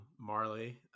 Marley